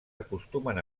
acostumen